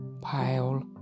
pile